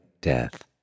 death